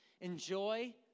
enjoy